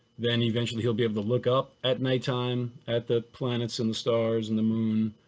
then eventually he'll be able to look up at nighttime at the planets and the stars and the moon.